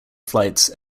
flights